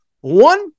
One